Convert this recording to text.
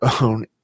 own